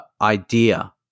idea